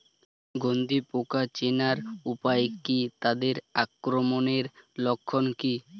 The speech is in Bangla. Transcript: গন্ধি পোকা চেনার উপায় কী তাদের আক্রমণের লক্ষণ কী?